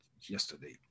yesterday